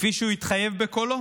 כפי שהוא התחייב בקולו,